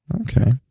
Okay